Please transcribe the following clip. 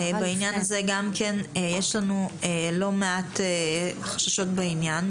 בעניין הזה יש לנו מעט חששות בעניין.